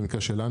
במקרה שלנו,